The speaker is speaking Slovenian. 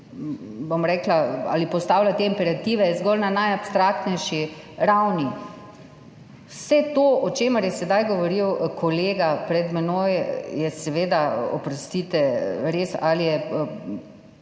ustava pa postavlja te imperative zgolj na najabstraktnejši ravni. Vse to, o čemer je sedaj govoril kolega pred menoj, je seveda res, oprostite – ali